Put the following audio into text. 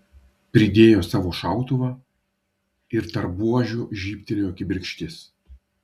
pridėjo savo šautuvą ir tarp buožių žybtelėjo kibirkštis